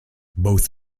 both